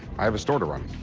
i have a store to run.